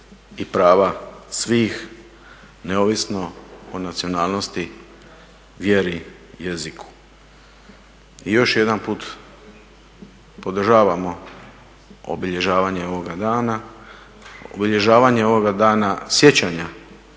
i prava svih neovisno o nacionalnosti, vjeri, jeziku. I još jedan put podržavamo obilježavanje ovoga dana, obilježavanje ovoga dana sjećanja